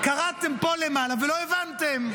קראתם פה למעלה ולא הבנתם.